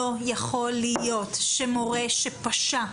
לא יכול להיות שמורה שפשע,